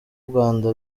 urwanda